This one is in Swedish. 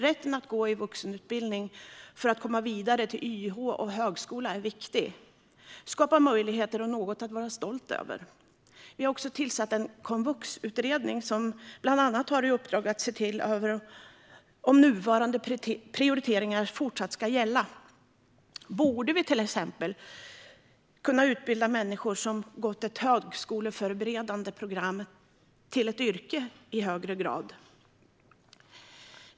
Rätten att gå i vuxenutbildningen för att komma vidare till YH och högskola är viktig. Det skapar möjligheter och något att vara stolt över. Vi har också tillsatt en komvuxutredning, som bland annat har i uppdrag att se över om nuvarande prioriteringar fortsatt ska gälla. Borde vi till exempel i högre grad kunna utbilda människor som gått ett högskoleförberedande program till ett yrke?